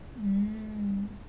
mm